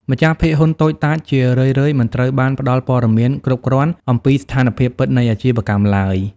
ម្ចាស់ភាគហ៊ុនតូចតាចជារឿយៗមិនត្រូវបានផ្ដល់ព័ត៌មានគ្រប់គ្រាន់ អំពីស្ថានភាពពិតនៃអាជីវកម្មឡើយ។